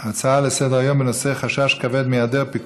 הצעות לסדר-היום מס' 11001,